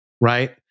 right